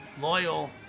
loyal